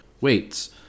weights